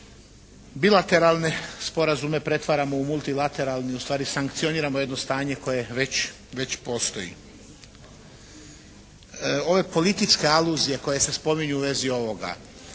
bilateralne sporazume pretvaramo u multilateralni, ustvari sankcioniramo jedno stanje koje već postoji. Ove političke aluzije koje se spominju u vezi ovoga,